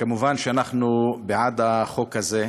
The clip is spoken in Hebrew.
מובן שאנחנו בעד החוק הזה,